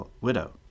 widow